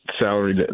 salary